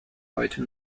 heute